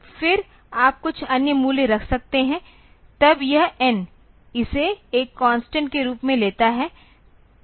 तो फिर आप कुछ अन्य मूल्य रख सकते हैं तब यह N इसे एक कांस्टेंट के रूप में लेता है जो 10 है